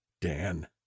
Dan